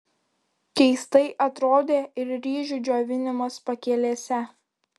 keistai atrodė ir ryžių džiovinimas pakelėse